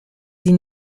sie